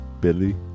Billy